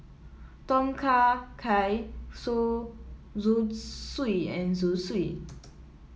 Tom Kha Gai sue Zosui and Zosui